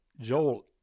Joel